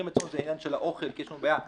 המוקד הוא עניין האוכל, כי יש לנו בעיה של